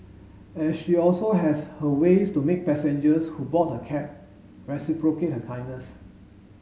and she also has her ways to make passengers who board her cab reciprocate her kindness